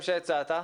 שהצעת?